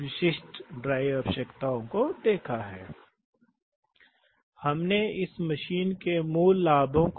तो इंगित करने के लिए कुछ प्रश्न हैं जैसे कि न्यूमेटिक्स लॉजिक का मुख्य लाभ क्या है इसलिए हमने पहले ही कहा है कि और गति और जटिलता के संदर्भ में स्पष्ट रूप से नुकसान क्या हैं